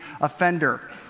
offender